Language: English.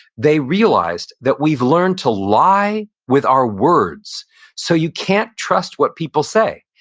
they realized that we've learned to lie with our words so you can't trust what people say,